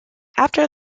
after